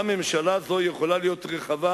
גם ממשלה זו יכולה להיות רחבה,